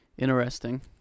Interesting